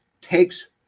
takes